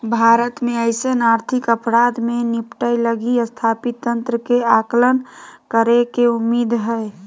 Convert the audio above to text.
भारत में अइसन आर्थिक अपराध से निपटय लगी स्थापित तंत्र के आकलन करेके उम्मीद हइ